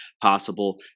possible